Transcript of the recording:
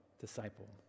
disciple